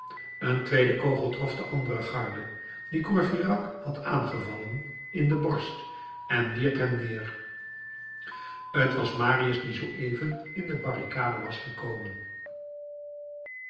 een tweede kogel trof den anderen garde die courfeyrac had aangevallen in de borst en wierp hem neer t was marius die zooeven in de barricade was gekomen